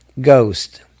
Ghost